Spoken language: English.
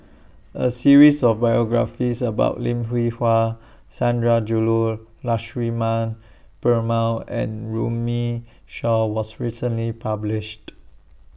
A series of biographies about Lim Hwee Hua Sundarajulu Lakshmana Perumal and Runme Shaw was recently published